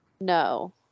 No